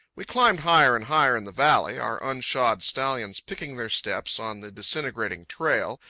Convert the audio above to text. we climbed higher and higher in the valley, our unshod stallions picking their steps on the disintegrating trail,